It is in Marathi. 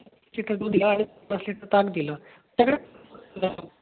लिटर दूध दिलं आणि पाच लिटर ताक दिलं